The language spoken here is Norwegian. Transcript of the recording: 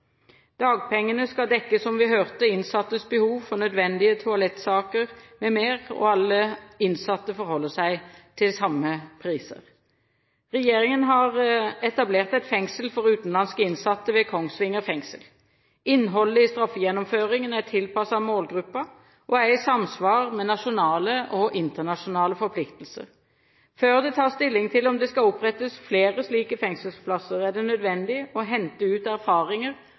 Dagpengene skal dekke, som vi hørte, innsattes behov for nødvendige toalettsaker m.m., og alle innsatte forholder seg til samme priser. Regjeringen har etablert et fengsel for utenlandske innsatte i Kongsvinger. Innholdet i straffegjennomføringen er tilpasset målgruppen og er i samsvar med nasjonale og internasjonale forpliktelser. Før det tas stilling til om det skal opprettes flere slike fengselsplasser, er det nødvendig å hente ut erfaringer